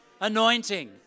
anointing